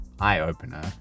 eye-opener